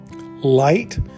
Light